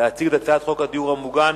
להציג את הצעת חוק הדיור המוגן,